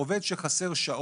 ועובד שחסרות לו שעות,